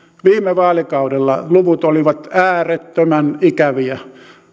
viime vaalikaudella luvut olivat äärettömän ikäviä